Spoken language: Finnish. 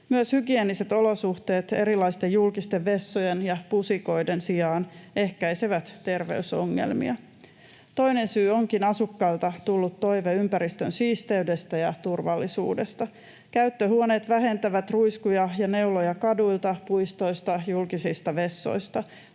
Myös hygieeniset olosuhteet erilaisten julkisten vessojen ja pusikoiden sijaan ehkäisevät terveysongelmia. Toinen syy onkin asukkailta tullut toive ympäristön siisteydestä ja turvallisuudesta. Käyttöhuoneet vähentävät ruiskuja ja neuloja kaduilta, puistoista, julkisista vessoista.